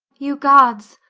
you gods,